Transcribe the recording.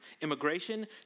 immigration